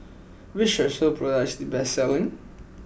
which Strepsils product is the best selling